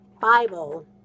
Bible